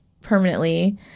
permanently